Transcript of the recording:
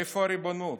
איפה הריבונות?